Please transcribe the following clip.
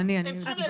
גם אני.